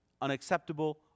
unacceptable